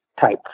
type